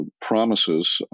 promises